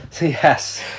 Yes